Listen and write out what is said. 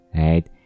right